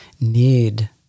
need